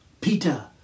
Peter